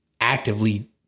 actively